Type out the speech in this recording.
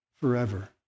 forever